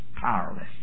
powerless